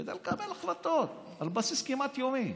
כדי לקבל החלטות, על בסיס כמעט יומי.